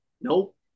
Nope